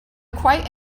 quite